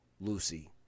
Lucy